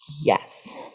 Yes